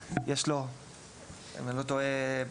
אם אני לא טועה,